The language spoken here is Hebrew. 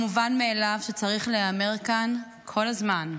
שצריך להיאמר כאן כל הזמן.